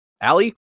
Allie